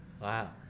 Wow